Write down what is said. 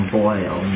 boil